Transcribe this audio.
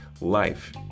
Life